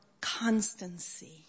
constancy